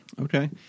okay